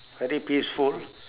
very peaceful